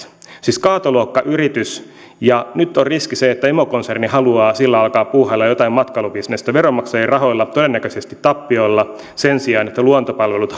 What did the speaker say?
siis kaatoluokkayritys ja nyt on riski se että emokonserni haluaa sillä alkaa puuhailla jotain matkailubisnestä veronmaksajien rahoilla todennäköisesti tappiolla sen sijaan että luontopalvelut